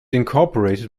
incorporated